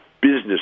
business